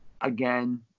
Again